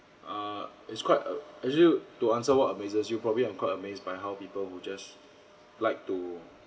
err it's quite uh actually you to answer what amazes you probably I'm quite amazed by how people who just like to